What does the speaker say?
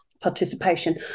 participation